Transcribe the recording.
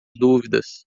dúvidas